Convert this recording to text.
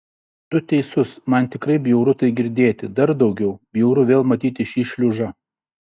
tu teisus man tikrai bjauru tai girdėti dar daugiau bjauru vėl matyti šį šliužą